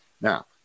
Now